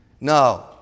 No